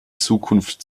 zukunft